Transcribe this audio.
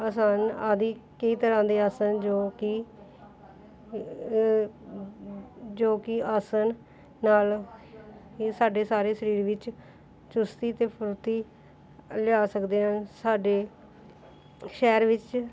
ਆਸਾਨ ਆਦਿ ਕਈ ਤਰ੍ਹਾਂ ਦੇ ਆਸਨ ਜੋ ਕਿ ਜੋ ਕਿ ਆਸਨ ਨਾਲ ਹੀ ਸਾਡੇ ਸਾਰੇ ਸਰੀਰ ਵਿੱਚ ਚੁਸਤੀ ਅਤੇ ਫੁਰਤੀ ਲਿਆ ਸਕਦੇ ਹਨ ਸਾਡੇ ਸ਼ਹਿਰ ਵਿੱਚ